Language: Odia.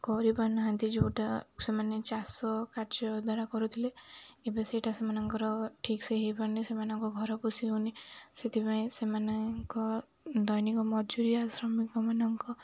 କରିପାରୁ ନାହାନ୍ତି ଯୋଉଟା ସେମାନେ ଚାଷ କାର୍ଯ୍ୟ ଦ୍ୱାରା କରୁଥିଲେ ଏବେ ସେଇଟା ସେମାନଙ୍କର ଠିକ୍ ସେ ହେଇପାରୁନି ସେମାନଙ୍କ ଘର ପୁଷି ହେଉନି ସେଥିପାଇଁ ସେମାନଙ୍କ ଦୈନିକ ମଜୁରିଆ ଶ୍ରମିକମାନଙ୍କ